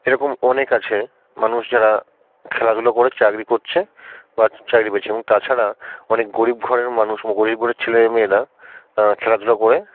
এরকম অনেক আছে মানুষ যারা খেলাধুলো করে চাকরি করছে বা চাকরি পেয়েছে এবং তাছাড়া অনেক গরিব ঘরের মানুষ গরীব ঘরের ছেলে মেয়েরা খেলাধুলো করে